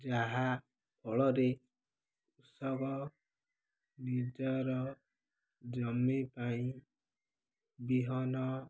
ଯାହା ଫଳରେ କୃଷକ ନିଜର ଜମି ପାଇଁ ବିହନ